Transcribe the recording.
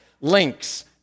links